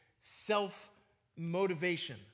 self-motivation